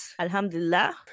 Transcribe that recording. alhamdulillah